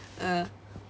ah